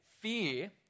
fear